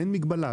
אין מגבלה.